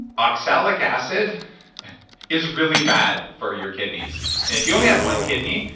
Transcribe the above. oxalic acid is really bad for your kidneys and if you only have one kidney,